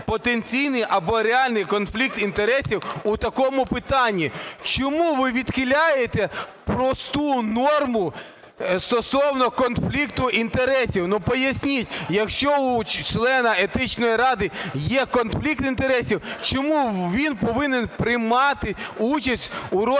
потенційний або реальний конфлікт інтересів у такому питанні. Чому ви відхиляєте просту норму стосовно конфлікту інтересів? Поясніть. Якщо у члена Етичної ради є конфлікт інтересів, чому він повинен приймати участь у розгляді